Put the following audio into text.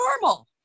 normal